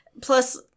Plus